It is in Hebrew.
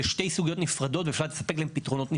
אלו שתי סוגיות נפרדות ואפשר לספק להן פתרונות נפרדים.